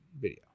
video